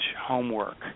homework